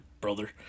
brother